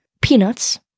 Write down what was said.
Peanuts